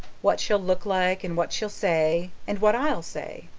what she'll look like, and what she'll say, and what i'll say.